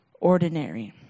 ordinary